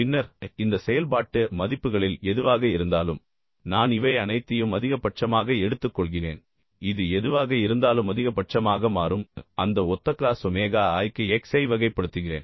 பின்னர் இந்த செயல்பாட்டு மதிப்புகளில் எதுவாக இருந்தாலும் நான் இவை அனைத்தையும் அதிகபட்சமாக எடுத்துக்கொள்கிறேன் இது எதுவாக இருந்தாலும் அதிகபட்சமாக மாறும் அந்த ஒத்த க்ளாஸ் ஒமேகா i க்கு x ஐ வகைப்படுத்துகிறேன்